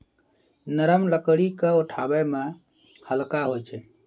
नरम लकड़ी क उठावै मे हल्का होय छै